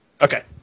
Okay